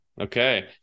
Okay